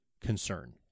concern